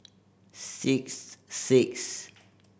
six six